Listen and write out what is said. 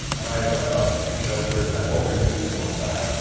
and i've done it on a few shows where that's all they're used for, in fact,